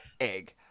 Egg